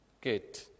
Good